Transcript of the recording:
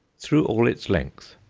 through all its length,